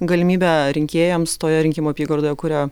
galimybė rinkėjams toje rinkimų apygardoje kurią